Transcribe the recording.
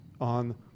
on